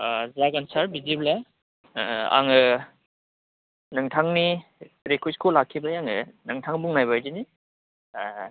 जागोन सार बिदिब्ला आङो नोंथांनि रिकुयेस्टखौ लाखिबाय आङो नोंथां बुंनायबादि